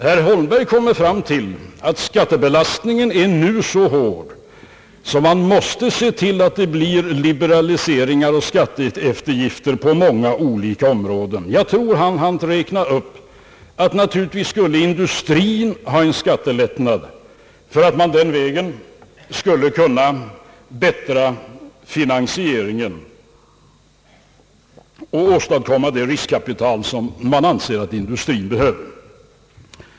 Herr Holmberg kom fram till att skattebelastningen nu är så hård att vi måste se till att det blir liberaliseringar och skatteeftergifter på många olika områden. Jag tror att han hann räkna upp att industrin skulle ha en skattelättnad för att den vägen kunna förbättra finansieringen och åstadkomma det riskkapital som industrin behöver.